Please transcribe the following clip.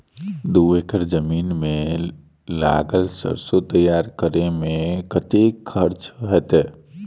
दू एकड़ जमीन मे लागल सैरसो तैयार करै मे कतेक खर्च हेतै?